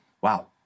Wow